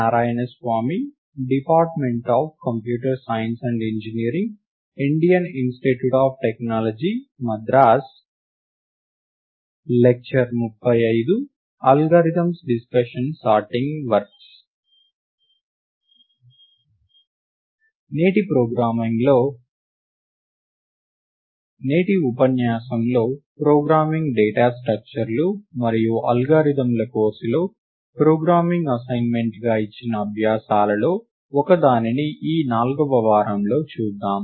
నేటి ఉపన్యాసంలో programming data స్ట్రక్చర్లు మరియు అల్గారిథమ్ల కోర్సులో ప్రోగ్రామింగ్ అసైన్మెంట్గా ఇచ్చిన అభ్యాసాలలో ఒకదానిని ఈ 4వ వారంలో చూద్దాం